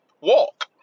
walk